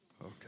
Okay